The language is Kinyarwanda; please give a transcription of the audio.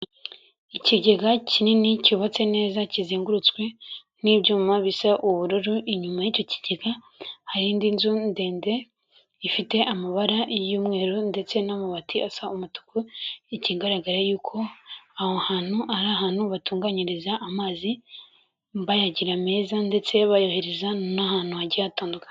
Ikigega kinini cyubatse neza kizengurutswe n'ibyuma bisa ubururu, inyuma y'icyo kigega hari indi nzu ndende ifite amabara y'umweru ndetse n'amabati asa umutuku, ikigaragara y'uko aho hantu ari ahantu batunganyiriza amazi bayagira meza ndetse bayohereza n'ahantu hagiye hatandukanye.